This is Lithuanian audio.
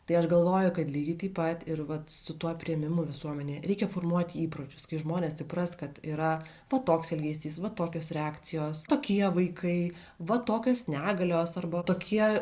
tai aš galvoju kad lygiai taip pat ir vat su tuo priėmimu visuomenėje reikia formuoti įpročius kai žmonės supras kad yra va toks elgesys va tokios reakcijos tokie vaikai va tokios negalios arba tokie